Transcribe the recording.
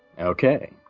Okay